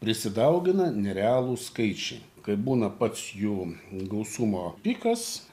prisidaugina nerealūs skaičiai kai būna pats jų gausumo pikas